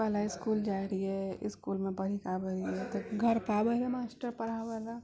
पहिले इसकुल जाइ रहियइ इसकुलमे पढ़िके आबय रहियइ तऽ घर पर आबय रहय मास्टर पढ़ाबय लए